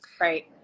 right